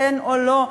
כן או לא,